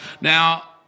Now